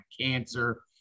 cancer